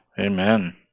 Amen